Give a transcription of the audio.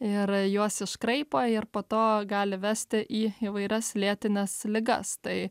ir juos iškraipo ir po to gali vesti į įvairias lėtines ligas tai